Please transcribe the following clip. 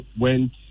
went